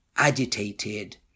agitated